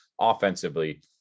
offensively